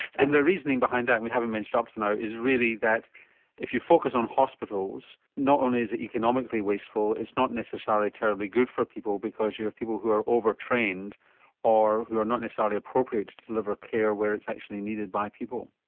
and the reasoning behind that and we haven't mentioned it up to now is really that if you focus on hospitals not only is it economically wasteful it's not necessarily terribly good for people because you have people who are overtrained or who are not necessarily appropriate to deliver care where it's actually needed by people.